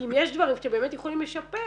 אם יש דברים שאתם באמת יכולים לשפר.